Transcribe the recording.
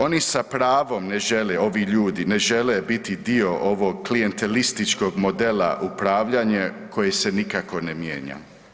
Oni sa pravom ne žele, ovi ljudi ne žele biti dio ovog klijentelističkog modela upravljanja koji se nikako ne mijenja.